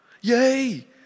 Yay